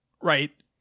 right